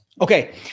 Okay